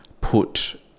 put